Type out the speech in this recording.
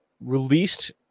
released